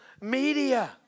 media